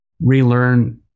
relearn